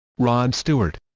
rod stewart